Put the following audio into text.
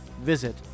Visit